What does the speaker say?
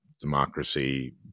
democracy